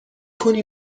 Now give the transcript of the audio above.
کنی